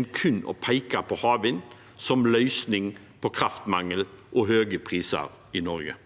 enn kun å peke på havvind som løsningen på kraftmangel og høye priser i Norge.